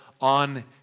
on